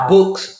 books